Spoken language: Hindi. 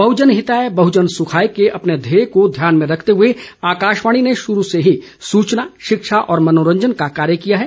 बहजन हिताय बहजन सुखाय के अपने ध्येय को ध्यान में रखते हए आकाशवाणी ने शरु से ही सुचना शिक्षा और मनोरंजन का कार्य किया है